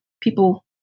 people